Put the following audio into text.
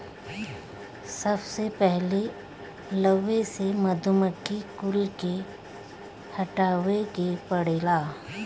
सबसे पहिले लवे से मधुमक्खी कुल के हटावे के पड़ेला